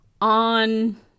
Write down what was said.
on